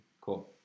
Cool